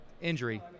injury